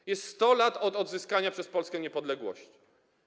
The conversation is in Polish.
Minęło 100 lat od odzyskania przez Polskę niepodległości.